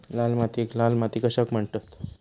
लाल मातीयेक लाल माती कशाक म्हणतत?